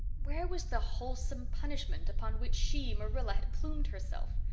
where was the wholesome punishment upon which she, marilla, had plumed herself?